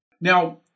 Now